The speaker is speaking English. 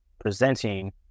presenting